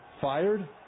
fired